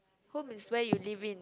home is where you live in